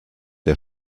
der